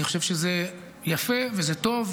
אני חושב שזה יפה וזה טוב.